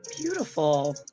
Beautiful